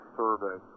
survey